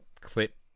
clip